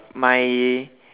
my